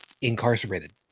incarcerated